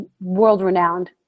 world-renowned